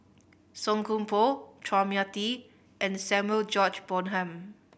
Song Koon Poh Chua Mia Tee and Samuel George Bonham